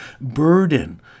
burden